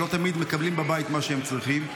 שלא תמיד מקבלים בבית מה שהם צריכים.